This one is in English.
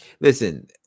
listen